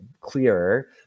clearer